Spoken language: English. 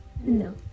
No